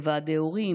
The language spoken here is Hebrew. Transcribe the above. בוועדי הורים,